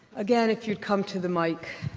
again, if you'd come to the mice,